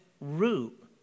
root